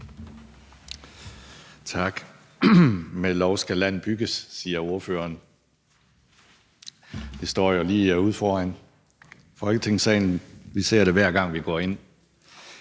Tak. Med lov skal land bygges, siger ordføreren. Det står jo lige her ude på væggen foran Folketingssalen – vi ser det, hver gang vi går ind.